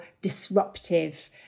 disruptive